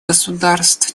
государств